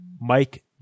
Mike